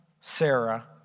Sarah